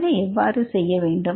அதனை எவ்வாறு செய்ய வேண்டும்